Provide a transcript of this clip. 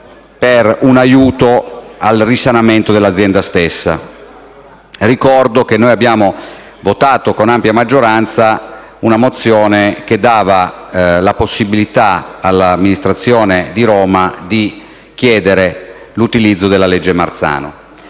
per un aiuto al risanamento dell'azienda stessa. Ricordo che abbiamo votato con ampia maggioranza una mozione che dava la possibilità all'amministrazione di Roma di chiedere l'utilizzo della legge Marzano.